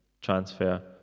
transfer